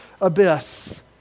abyss